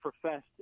professed